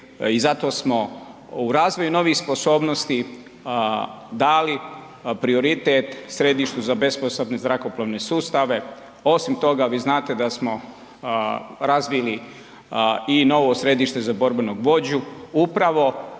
i zato smo u razvoju novih sposobnosti dali prioritet središtu za besposadne zrakoplovne sustave. Osim toga vi znate da smo razvili i novo središte za borbenog vođu.